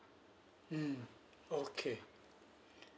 mm okay